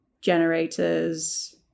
generators